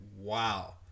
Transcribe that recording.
wow